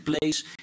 place